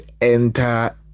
enter